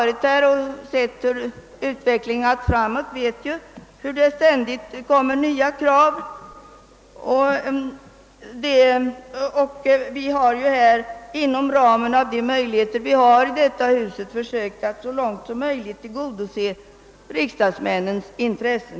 Vi som själva kunnat studera hur utvecklingen gått framåt vet att ständigt nya krav har tillkommit, och vi har inom ramen för detta hus försökt att så långt som möjligt tillgodose riksdagsmännens intresse.